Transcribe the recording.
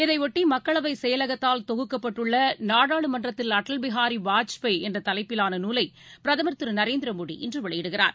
இதையொட்டி மக்களவை செயலகத்தால் தொகுக்கப்பட்டுள்ள நாடாளுமன்றத்தில் அடல் பிஹாரி வாஜ்பாய் என்ற தலைப்பிலான நூலை பிரதமர் திரு நரேந்திர மோடி இன்று வெளியிடுகிறார்